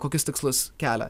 kokius tikslus kelia